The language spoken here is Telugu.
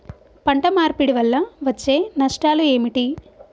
పంట మార్పిడి వల్ల వచ్చే నష్టాలు ఏమిటి?